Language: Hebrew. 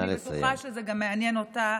אני בטוחה שזה גם מעניין אותה,